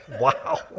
wow